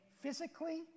physically